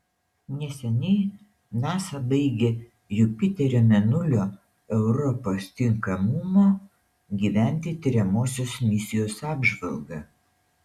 neseniai nasa baigė jupiterio mėnulio europos tinkamumo gyventi tiriamosios misijos apžvalgą